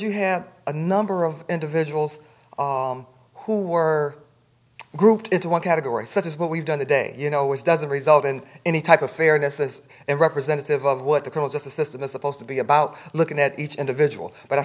you have a number of individuals who are grouped into one category such as what we've done the day you know which doesn't result in any type of fairness as a representative of what the current justice system is supposed to be about looking at each individual but i